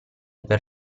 per